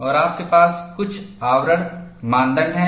और आपके पास कुछ आवरण मानदंड हैं